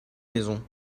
maison